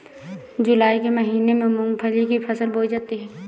जूलाई के महीने में मूंगफली की फसल बोई जाती है